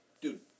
Dude